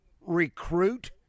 recruit